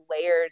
layers